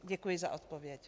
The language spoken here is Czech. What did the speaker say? Děkuji za odpověď.